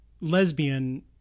lesbian